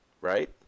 Right